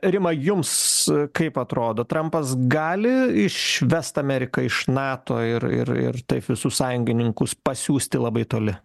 rima jums kaip atrodo trampas gali išvest ameriką iš nato ir ir ir taip visus sąjungininkus pasiųsti labai toli